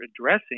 addressing